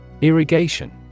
Irrigation